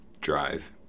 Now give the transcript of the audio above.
Drive